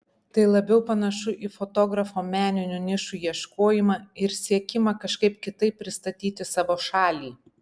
tai labiau panašu į fotografo meninių nišų ieškojimą ir siekimą kažkaip kitaip pristatyti savo šalį